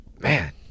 Man